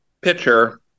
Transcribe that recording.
pitcher